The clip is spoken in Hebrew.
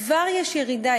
כבר יש ירידה.